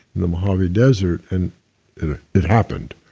the mojave desert, and it happened.